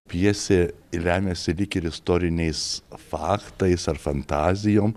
pjesė remiasi lyg ir istoriniais faktais ar fantazijom